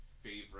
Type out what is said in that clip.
favorite